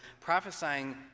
prophesying